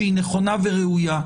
שהיא נכונה וראויה,